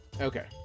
Okay